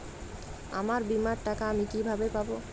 আমার বীমার টাকা আমি কিভাবে পাবো?